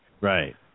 Right